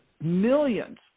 millions